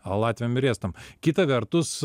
latviam ir estam kita vertus